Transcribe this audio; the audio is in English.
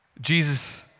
Jesus